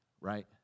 right